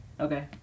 Okay